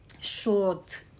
short